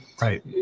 right